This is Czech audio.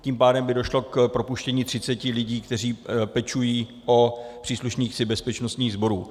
Tím pádem by došlo k propuštění třiceti lidí, kteří pečují o příslušníky bezpečnostních sborů.